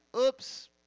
oops